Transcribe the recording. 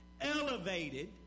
elevated